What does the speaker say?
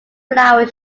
flower